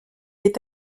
est